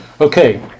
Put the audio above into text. Okay